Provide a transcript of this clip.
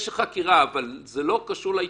זה לא קשור להתיישנות,